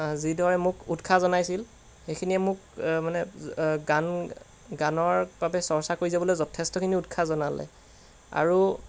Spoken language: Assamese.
যিদৰে মোক উৎসাহ জনাইছিল সেইখিনিয়ে মোক মানে গান গানৰ বাবে চৰ্চা কৰি যাবলৈ যথেষ্টখিনি উৎসাহ জনালে আৰু